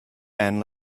and